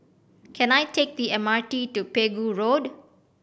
can I take the M R T to Pegu Road